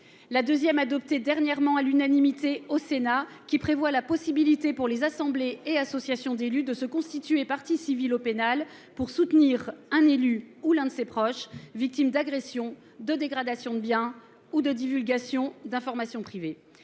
La deuxième, adoptée récemment à l'unanimité au Sénat, prévoit la possibilité pour les assemblées et associations d'élus de se constituer partie civile au pénal pour soutenir un élu, ou l'un de ses proches, victime d'agression, de dégradation de bien ou de divulgation d'informations privées.